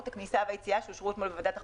הכניסה והיציאה שאושרו אתמול בוועדת החוקה.